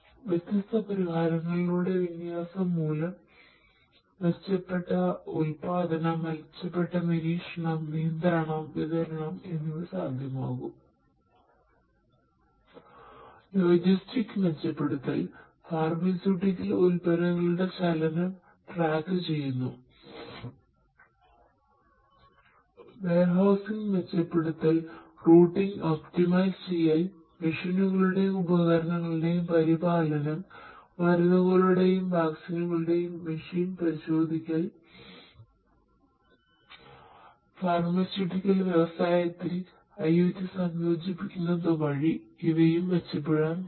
വ്യത്യസ്ത പരിഹാരങ്ങളുടെ വിന്യാസം മൂലം മെച്ചപ്പെട്ട ഉൽപ്പാദനം മെച്ചപ്പെട്ട നിരീക്ഷണം നിയന്ത്രണം വിതരണം എന്നിവ സാധ്യമാകും ലോജിസ്റ്റിക്സ് വ്യവസായത്തിൽ IOT സംയോജിപ്പിക്കുന്നത് വഴി ഇവയും മെച്ചപ്പെടാൻ പോകുന്നു